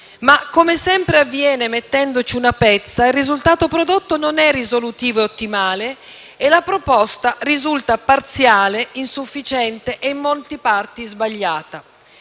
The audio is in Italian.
come sempre avviene mettendoci una pezza, il risultato prodotto non è risolutivo e ottimale e la proposta risulta parziale, insufficiente e in molte parti sbagliata.